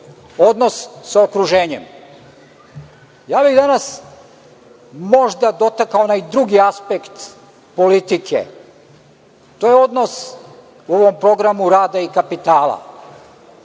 nas. Odnos sa okruženjem. Možda bih dotakao onaj drugi aspekt politike. To je odnos u ovom programu rada i kapitala.